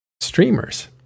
streamers